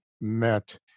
met